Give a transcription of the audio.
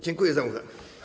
Dziękuję za uwagę.